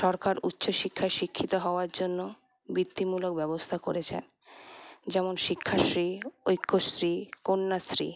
সরকার উচ্চশিক্ষায় শিক্ষিত হওয়ার জন্য বৃত্তিমূলক ব্যবস্থা করেছে যেমন শিক্ষাশ্রী ঐক্যশ্রী কন্যাশ্রী